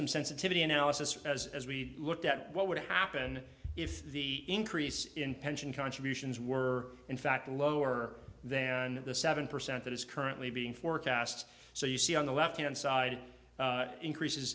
some sensitivity analysis as as we looked at what would happen if the increase in pension contributions were in fact lower than the seven percent that is currently being forecast so you see on the left hand side increases